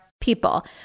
people